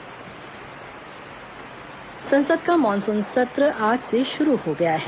संसद मानसून सत्र संसद का मानसून सत्र आज से शुरू हो गया है